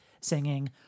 singing